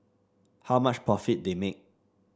how much profit they make